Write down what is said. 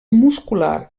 muscular